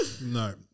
no